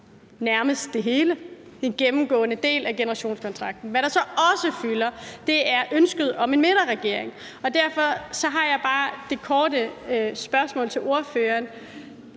nærmest det hele. Det er en gennemgående del af »Generationskontrakten«. Hvad der så også fylder, er ønsket om en midterregering, og derfor har jeg bare det korte spørgsmål til ordføreren: